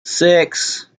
six